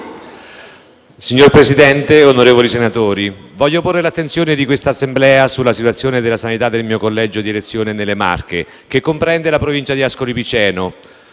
Signor Presidente, onorevoli senatori, voglio porre l'attenzione di questa Assemblea sulla situazione della sanità nel mio collegio di elezione nelle Marche, che comprende la provincia di Ascoli Piceno,